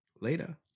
Later